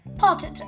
Potter